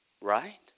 Right